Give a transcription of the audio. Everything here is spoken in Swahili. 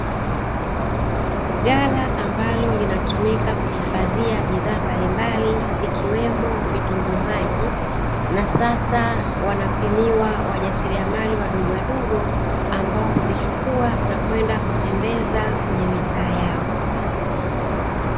Ghala ambalo linatumika kuhifadhia bidhaa mbalimbali, zikiwemo vitunguu maji. Na sasa wanapimiwa wajasiriamali wadogo wadogo ambao huzichukua na kwenda kutembeza kwenye mitaa yao.